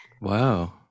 Wow